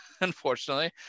unfortunately